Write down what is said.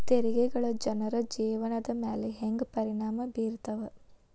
ತೆರಿಗೆಗಳ ಜನರ ಜೇವನದ ಮ್ಯಾಲೆ ಹೆಂಗ ಪರಿಣಾಮ ಬೇರ್ತವ